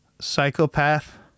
Psychopath